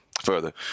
further